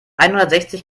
einhundertsechzig